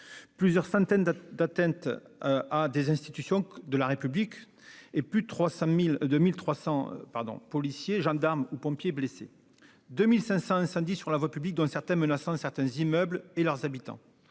plusieurs centaines d'atteinte à des institutions de la République, plus de 1 300 policiers, gendarmes ou pompiers blessés, 2 500 incendies sur la voie publique, dont certains menaçant certains immeubles et leurs habitants.